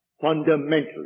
fundamentally